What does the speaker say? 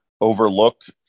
overlooked